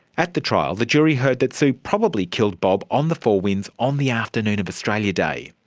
at the trial, the jury heard that sue probably killed bob on the four winds on the afternoon of australia day.